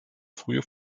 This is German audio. frühe